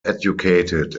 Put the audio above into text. educated